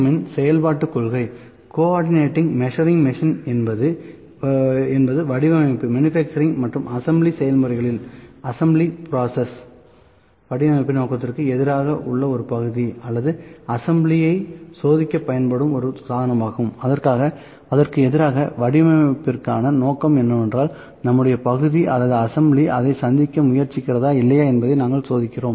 M இன் செயல்பாட்டுக் கொள்கை கோஆர்டினேட் மெஷரிங் மிஷின் என்பது வடிவமைப்பு மற்றும் அசெம்பிளி செயல்முறைகளில் வடிவமைப்பு நோக்கத்திற்கு எதிராக உள்ள ஒரு பகுதி அல்லது அசெம்பிளி ஐ சோதிக்கப் பயன்படும் ஒரு சாதனமாகும் அதற்கு எதிராக வடிவமைப்பிற்கான நோக்கம் என்னவென்றால் நம்முடைய பகுதி அல்லது அசெம்பிளி அதைச் சந்திக்க முயற்சிக்கிறதா இல்லையா என்பதை நாங்கள் சோதிக்கிறோம்